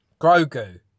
Grogu